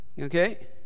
Okay